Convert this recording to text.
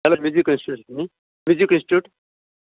hello music institute न्ही music institute